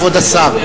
כבוד השר.